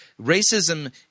Racism